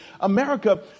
America